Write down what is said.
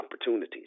opportunities